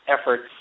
efforts